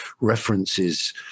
references